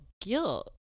guilt